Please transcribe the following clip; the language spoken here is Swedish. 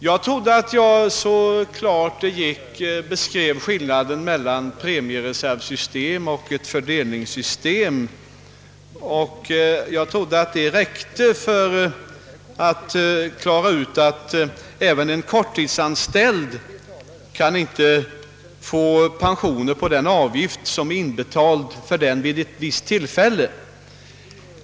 Jag försökte så klart det gick att beskriva skillnaden mellan ett premiereservsystem och ett fördelningssystem, och jag trodde att det räckte för att påvisa att en korttidsanställd inte kan få pension på den avgift som är inbetalad för vederbörande vid ett visst tillfälle.